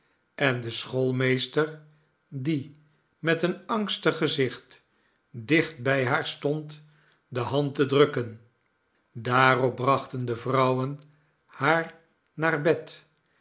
en den schoolmeester die met een angstig gezicht dicht bij haar stond de hand te drukken daarop brachten de vrouwen haar naar bed